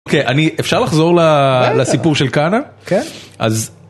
אוקיי, אפשר לחזור לסיפור של קאנה? כן.אז